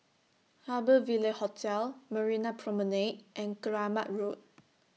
Harbour Ville Hotel Marina Promenade and Keramat Road